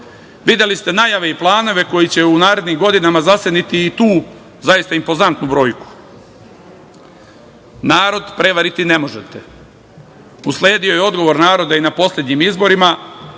Videli ste najave i planove koje će u narednim godinama zaseniti i tu impozantnu brojku. Narod prevariti ne možete. Usledio je odgovor naroda na poslednjim izborima